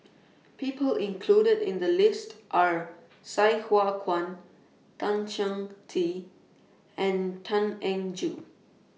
People included in The list Are Sai Hua Kuan Tan Chong Tee and Tan Eng Joo